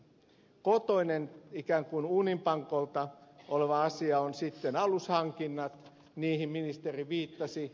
kotoinen ikään kuin uuninpankolla oleva asia on alushankinnat niihin ministeri viittasi